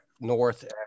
north